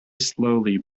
slowly